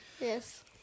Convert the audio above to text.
Yes